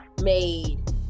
made